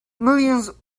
millions